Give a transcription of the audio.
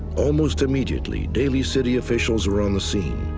almost immediately, daly city officials were on the scene.